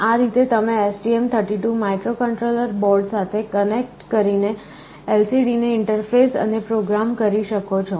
આ રીતે તમે STM32 માઇક્રોકન્ટ્રોલર બોર્ડ સાથે કનેક્ટ કરીને LCD ને ઇન્ટરફેસ અને પ્રોગ્રામ કરી શકો છો